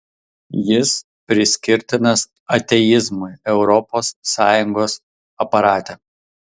jis priskirtinas ateizmui europos sąjungos aparate